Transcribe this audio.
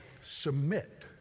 Submit